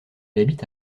habite